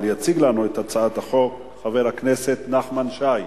אבל יציג לנו את הצעת החוק חבר הכנסת נחמן שי.